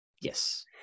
yes